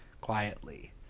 quietly